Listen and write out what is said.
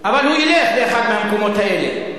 אבל הוא ילך לאחד מהמקומות האלה.